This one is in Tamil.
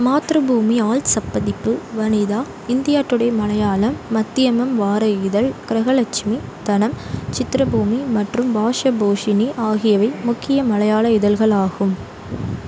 மாத்ருபூமி ஆள்சப்பதிப்பு வனிதா இந்தியா டுடே மலையாளம் மத்தியமம் வார இதழ் கிரகலட்சுமி தனம் சித்திரபூமி மற்றும் பாஷப்போஷினி ஆகியவை முக்கிய மலையாள இதழ்களாகும்